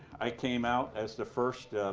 i came out as the first